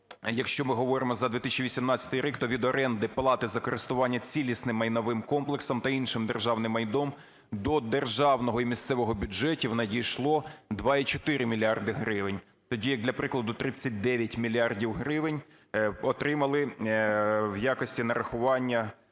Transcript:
якщо ми говоримо за 2018 рік, то від оренди, плати за користування цілісним майновим комплексом та іншим державним майном до державного і місцевого бюджетів надійшло 2,4 мільярди гривень. Тоді як, для прикладу, 39 мільярдів гривень отримали в якості нарахування